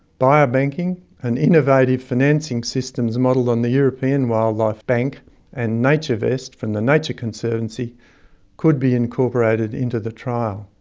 biobanking and innovative financing systems modelled on the european wildlife bank and naturevest from the nature conservancy could be incorporated into the trial.